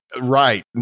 Right